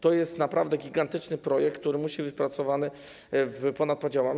To jest naprawdę gigantyczny projekt, który musi być wypracowany ponad podziałami.